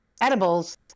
Edibles